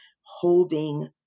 holding